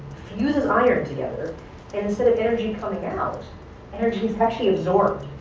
fuses iron together, and instead of energy coming out energy's actually absorbed,